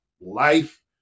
life